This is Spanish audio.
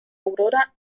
aurora